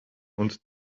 und